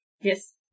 Yes